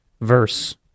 verse